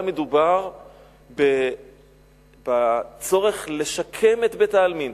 היה מדובר בצורך לשקם את בית-העלמין.